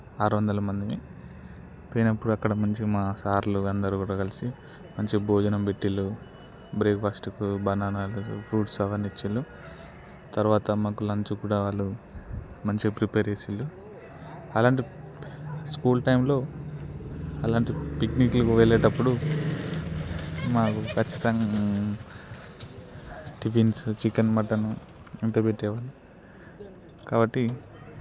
ఆరు వందలు మందిని పోయినప్పుడు అక్కడ మంచిగా మా సార్లు అందరూ కూడా కలిసి మంచి భోజనం పెట్టిండ్రు బ్రేక్ఫాస్ట్ బనానాస్ ఫ్రూట్స్ అవన్నీ ఇచ్చిండు తర్వాత మాకు లంచ్ కూడా వాళ్ళు మంచిగా ప్రిపేర్ చేసిండ్రు అలాంటి స్కూల్ టైంలో అలాంటి పిక్నిక్లకు వెళ్ళేటప్పుడు మా ఖచ్చితం టిఫిన్స్ చికెన్ మటన్ అంత పెట్టేవాళ్ళు కాబట్టి